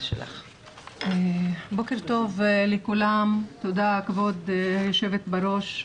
בוקר טוב לכולם, תודה גבירתי היו"ר.